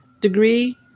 degree